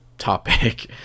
topic